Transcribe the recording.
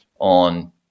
on